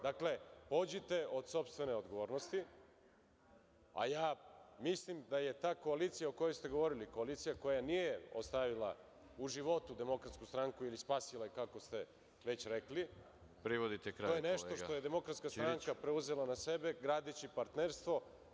Dakle, pođite od sopstvene odgovornosti, a ja mislim da je ta koalicija o kojoj ste govorili, koalicija koja nije ostavila u životu DS ili spasila, kako ste već rekli, to je nešto što je DS preuzela na sebe gradeći partnerstvo.